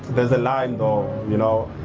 there's a line though, you know.